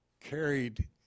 carried